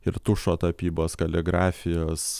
ir tušo tapybos kaligrafijos